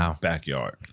backyard